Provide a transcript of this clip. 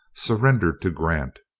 surrendered to grant.